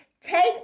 take